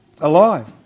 alive